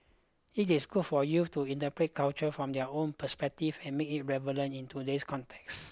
it is good for youth to interpret culture from their own perspective and make it relevant in today's context